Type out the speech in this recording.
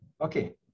okay